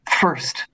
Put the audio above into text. first